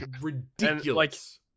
ridiculous